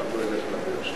אף אחד לא ילך לגור שם.